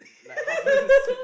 like halfway the seat